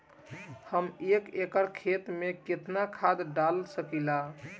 हम एक एकड़ खेत में केतना खाद डाल सकिला?